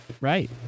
Right